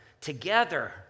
together